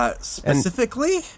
Specifically